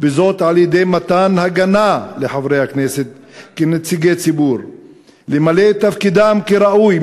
וזאת על-ידי מתן הגנה לחברי הכנסת כנציגי ציבור למלא את תפקידם כראוי,